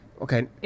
Okay